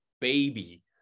baby